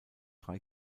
drei